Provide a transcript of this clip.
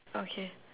okay